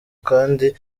kandi